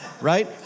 Right